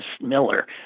Miller